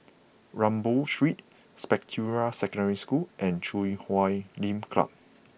Rambau Street Spectra Secondary School and Chui Huay Lim Club